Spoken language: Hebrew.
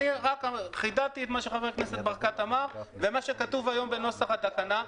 רק חידדתי את מה שאמר חבר הכנסת ברקת אמר ומה שכתוב היום בנוסח התקנה.